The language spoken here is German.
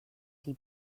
die